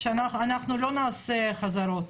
אנחנו לא נעשה חזרות.